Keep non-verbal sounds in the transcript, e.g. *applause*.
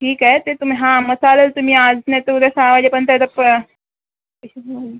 ठीक आहे ते तुम्ही हां मग चालेल तुम्ही आज नाही तर उद्या सहा वाजेपर्यंत येतात का अशीच *unintelligible*